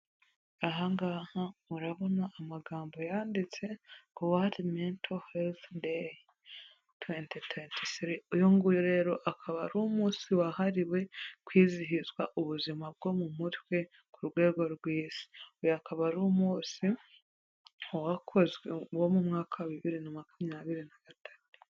Aha ngaha murabona amagambo yanditse ngo World Mental Health Day 2023, uyu nguyu rero akaba ari umunsi wahariwe kwizihiza ubuzima bwo mu mutwe ku rwego rw'isi, uyu akaba ari umunsi wakozwe wo mu mwaka wa bibiri na makumyabiri na gatatu.